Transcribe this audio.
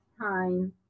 time